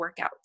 workouts